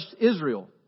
Israel